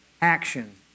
action